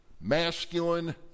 masculine